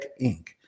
Inc